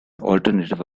alternative